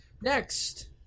Next